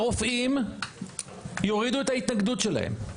הרופאים יורידו את ההתנגדות שלהם.